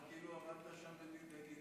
נראה כאילו עבדת שם בגינקולוגיה.